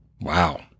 Wow